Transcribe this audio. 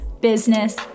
business